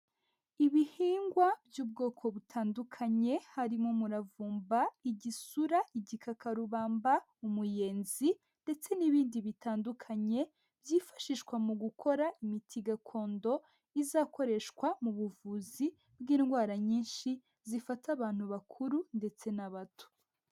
Ibihingwa by'ubwoko butandukanye harimo umuravumba, igisura, igikakarubamba, umuyenzi ndetse n'ibindi bitandukanye, byifashishwa mu gukora imiti gakondo izakoreshwa mu buvuzi bw'indwara nyinshi zifata abantu bakuru ndetse n'abato.